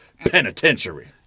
penitentiary